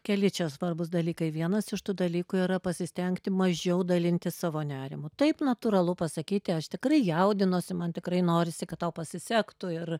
keli čia svarbūs dalykai vienas iš tų dalykų yra pasistengti mažiau dalintis savo nerimu taip natūralu pasakyti aš tikrai jaudinuosi man tikrai norisi kad tau pasisektų ir